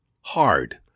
hard